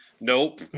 Nope